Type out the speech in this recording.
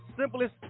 simplest